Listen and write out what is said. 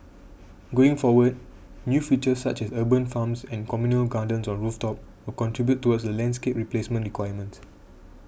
going forward new features such as urban farms and communal gardens on rooftops will contribute towards the landscape replacement requirements